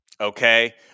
Okay